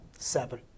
seven